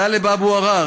טלב אבו ערר,